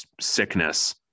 sickness